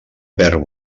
perd